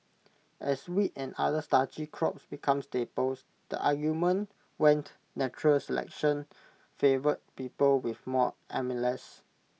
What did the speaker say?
as wheat and other starchy crops became staples the argument went natural selection favoured people with more amylase